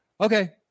Okay